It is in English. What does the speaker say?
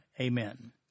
amen